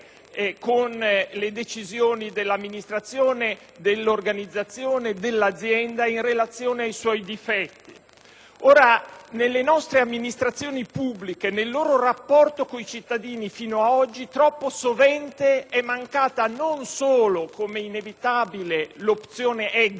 con le decisioni dell'amministrazione, dell'organizzazione, dell'azienda in relazione ai suoi difetti. Nelle nostre amministrazioni pubbliche e nel loro rapporto con i cittadini fino ad oggi troppo sovente è mancata non solo, com'è inevitabile, l'opzione *exit*,